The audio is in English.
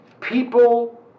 people